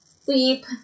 Sleep